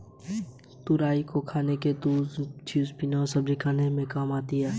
तुरई को खाने तुरई का जूस पीने और सब्जी बनाने में काम आती है